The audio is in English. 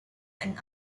and